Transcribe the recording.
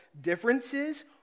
differences